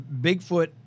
Bigfoot